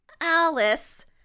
Alice